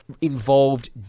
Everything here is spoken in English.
involved